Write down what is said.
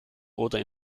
oder